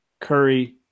Curry